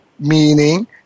Meaning